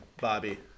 Bobby